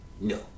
No